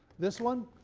this one,